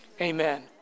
Amen